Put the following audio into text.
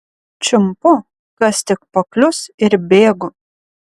čiumpu kas tik paklius ir bėgu